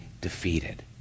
defeated